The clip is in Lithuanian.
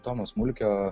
tomo smulkio